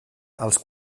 els